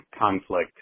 conflict